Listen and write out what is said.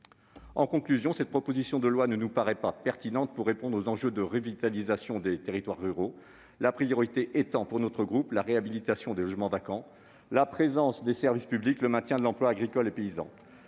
En conclusion, cette proposition de loi ne nous paraît pas pertinente pour répondre aux enjeux de revitalisation des territoires ruraux, la priorité étant, pour notre groupe, la réhabilitation des logements vacants, la présence des services publics, le maintien de l'emploi agricole et paysan.